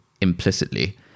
implicitly